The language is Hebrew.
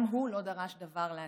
גם הוא לא דרש דבר לעצמו.